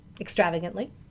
extravagantly